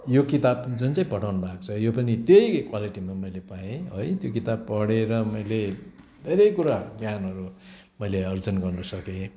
यो किताब जुन चाहिँ पठाउनु भएको छ यो पनि त्यही क्वालिटीमा मेले पाएँ है त्यो किताब पढेर मैले धेरै कुरा ज्ञानहरू मैले आर्जन गर्नु सकेँ